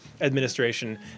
Administration